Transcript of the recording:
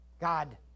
God